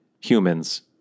humans